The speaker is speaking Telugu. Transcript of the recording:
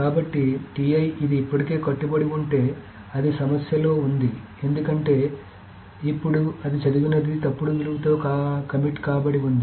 కాబట్టి ఇది ఇప్పటికే కట్టుబడి ఉంటే అది సమస్యలో ఉంది ఎందుకంటే ఇప్పుడు అది చదివినది తప్పుడు విలువతో కమిట్ కాబడి ఉంది